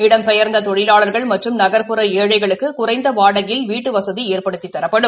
இடம் பெயர்ந்த தொழிவாளர்கள் மற்றும் நகர்புற ஏழைகளுக்கு குறைந்த வாடகையில் வீட்டு வசதி ஏற்படுத்தித் தரப்படும்